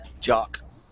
Jock